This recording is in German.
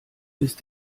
ist